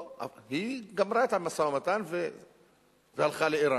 לא, היא גמרה את המשא-ומתן והלכה לאירן.